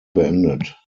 beendet